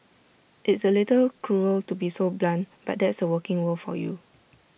it's A little cruel to be so blunt but that's the working world for you